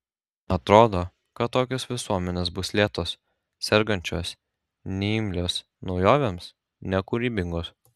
atrodo kad tokios visuomenės bus lėtos sergančios neimlios naujovėms nekūrybingos